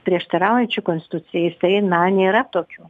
prieštaraujančiu konstitucijai jisai na nėra tokio